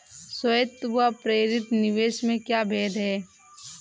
स्वायत्त व प्रेरित निवेश में क्या भेद है?